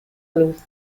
luz